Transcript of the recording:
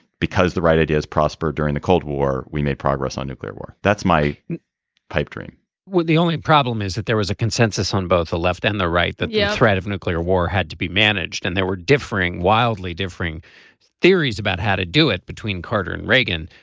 because the right ideas prosper during the cold war. we made progress on nuclear war. that's my pipe dream the the only problem is that there was a consensus on both the left and the right that the yeah threat of nuclear war had to be managed and there were differing wildly differing theories about how to do it. between carter and reagan.